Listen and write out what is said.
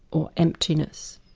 or emptiness.